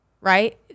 right